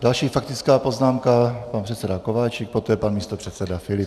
Další faktická poznámka pan předseda Kováčik, poté pan místopředseda Filip.